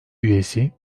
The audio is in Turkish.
üyesi